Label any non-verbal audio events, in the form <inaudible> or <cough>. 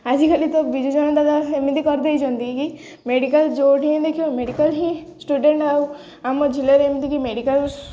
ଆଜିକାଲି ତ ବିଜୁ ଜନତା <unintelligible> ଏମିତି କରିଦେଇଛନ୍ତି କି ମେଡ଼ିକାଲ ଯେଉଁଠି ଦେଖିବ ମେଡ଼ିକାଲ ହିଁ ଷ୍ଟୁଡ଼େଣ୍ଟ ଆଉ ଆମ ଜିଲ୍ଲାରେ ଏମିତିକି ମେଡ଼ିକାଲ